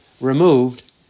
removed